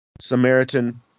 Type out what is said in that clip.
Samaritan